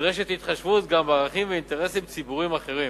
נדרשת התחשבות גם בערכים ואינטרסים ציבוריים אחרים"